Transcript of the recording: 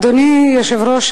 אדוני היושב-ראש,